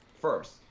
first